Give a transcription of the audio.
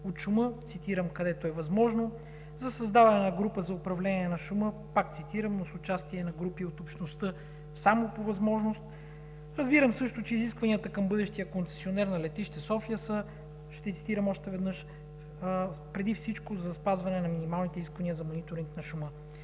от шума, цитирам: където е възможно, за създаване на група за управление на шума, пак цитирам, но с участие на групи от общността само „по възможност“. Разбирам също, че изискванията към бъдещия концесионер на летище София са, ще цитирам още веднъж, преди всичко за спазване на „минималните изисквания за мониторинг на шума“.